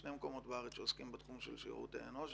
שני מקומות בארץ שעוסקים בתחום של שירותי אנוש,